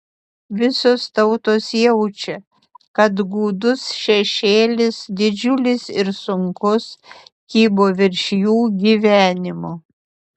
visos tautos jaučia kad gūdus šešėlis didžiulis ir sunkus kybo virš jų gyvenimo